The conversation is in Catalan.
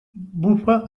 bufa